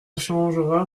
changera